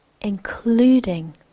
including